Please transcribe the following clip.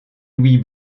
louis